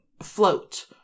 float